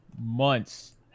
months